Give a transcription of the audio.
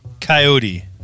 Coyote